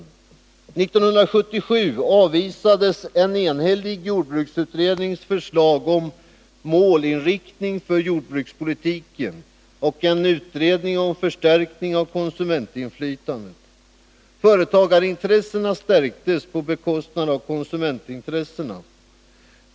År 1977 avvisades en enhällig jordbruksutrednings förslag om mål för jordbrukspolitiken och en utredning om förstärkning av konsumentinflytandet. Företagarintressena stärktes på bekostnad av konsumentintresset.